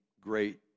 great